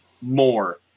more